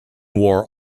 wore